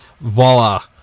Voila